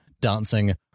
dancing